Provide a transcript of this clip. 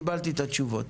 קיבלתי את התשובות.